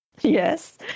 Yes